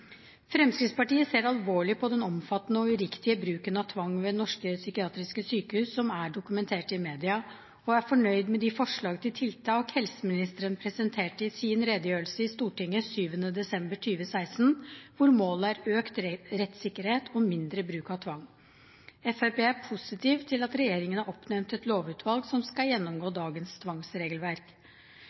Fremskrittspartiet ser alvorlig på den omfattende og uriktige bruken av tvang ved norske psykiatriske sykehus, som er dokumentert i media, og er fornøyd med de forslag til tiltak helseministeren presenterte i sin redegjørelse i Stortinget 7. desember 2016, hvor målet er økt rettssikkerhet og mindre bruk av tvang. Fremskrittspartiet er positiv til at regjeringen har oppnevnt et lovutvalg som skal gjennomgå dagens tvangsregelverk.